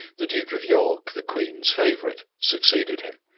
the duke of york, the queen's favorite, succeeded him,